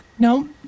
No